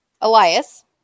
Elias